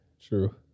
true